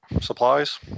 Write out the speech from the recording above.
supplies